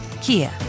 Kia